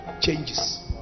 changes